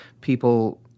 people